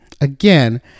Again